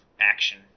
action